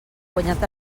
guanyat